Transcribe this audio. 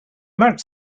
much